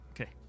Okay